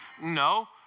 No